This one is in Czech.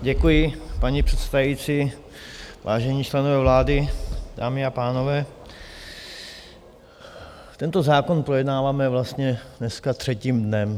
Děkuji, paní předsedající, vážení členové vlády, dámy a pánové, tento zákon projednáváme vlastně dneska třetím dnem.